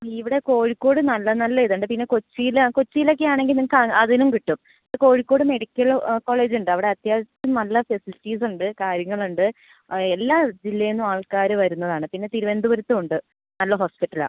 ഇവിടെ കോഴിക്കോട് നല്ല നല്ല ഇതുണ്ട് പിന്ന കൊച്ചിയിൽ കൊച്ചിയിൽ ഒക്കെ ആണെങ്കിൽ നിങ്ങൾക്ക് അതിനും കിട്ടും കോഴിക്കോട് മെഡിക്കൽ കോളേജ് ഉണ്ട് അവിടെ അത്യാവശ്യത്തിന് നല്ല ഫെസിലിറ്റീസ് ഉണ്ട് കാര്യങ്ങൾ ഉണ്ട് ആ എല്ലാ ജില്ലയിൽ നിന്നും ആൾക്കാർ വരുന്നതാണ് പിന്നെ തിരുവനന്തപുരത്തും ഉണ്ട് നല്ല ഹോസ്പിറ്റൽ ആണ്